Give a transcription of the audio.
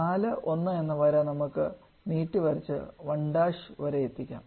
4 1 എന്ന വര നമുക്ക് നീട്ടിവരച്ച് 1' എത്തിക്കാം